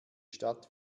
stadt